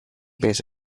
base